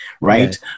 right